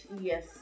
Yes